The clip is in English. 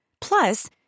Plus